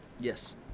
Yes